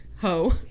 Ho